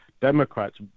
Democrats